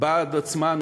בעד עצמן,